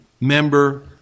member